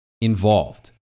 involved